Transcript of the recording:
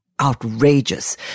outrageous